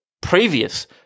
previous